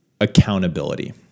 accountability